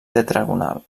tetragonal